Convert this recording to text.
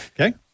Okay